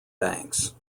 banks